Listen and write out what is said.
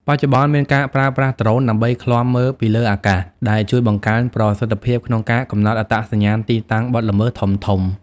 បច្ចុប្បន្ន មានការប្រើប្រាស់ដ្រូនដើម្បីឃ្លាំមើលពីលើអាកាស ដែលជួយបង្កើនប្រសិទ្ធភាពក្នុងការកំណត់អត្តសញ្ញាណទីតាំងបទល្មើសធំៗ។